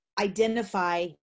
identify